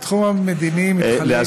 התחום המדיני מתחלק, סליחה, אדוני.